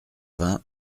vingts